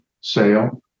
sale